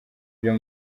byo